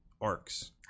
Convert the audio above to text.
arcs